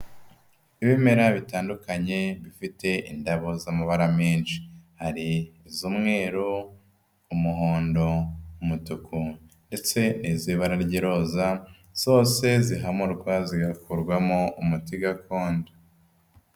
Ibimera bitandukanye bifite indabo z'amabara menshi; hari iz'umweru, umuhondo, umutuku ndetse iz'ibara ry'iroza, zose zihamurwa zigakurwamo umuti gakondo.